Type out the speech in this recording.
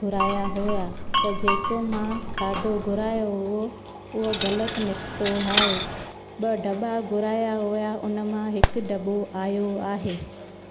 घुराया हुआ त जेको मां खाधो घुरायो उहो उहा ग़लति निकितो आहे ॿ डॿो घुराया हुआ हुन मां हिक ॾबो आयो आहे